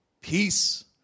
peace